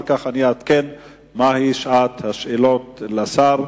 אחר כך שעת שאלות לשר,